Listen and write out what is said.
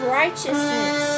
righteousness